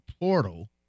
portal